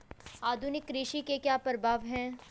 आधुनिक कृषि के क्या प्रभाव हैं?